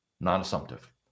Non-assumptive